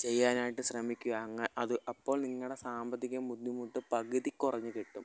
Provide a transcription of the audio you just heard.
ചെയ്യാനായിട്ട് ശ്രമിക്കുക അത് അപ്പോൾ നിങ്ങളുടെ സാമ്പത്തികം ബുദ്ധിമുട്ട് പകുതി കുറഞ്ഞ് കിട്ടും